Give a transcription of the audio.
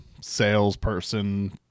salesperson